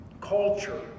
culture